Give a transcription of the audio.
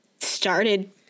started